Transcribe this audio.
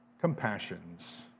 compassions